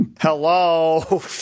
Hello